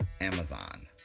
amazon